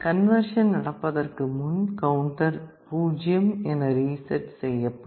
conversion நடப்பதற்கு முன் counter 0 என ரீசெட் செய்யப்படும்